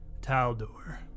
Taldor